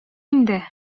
инде